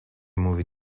movie